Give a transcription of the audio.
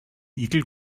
igel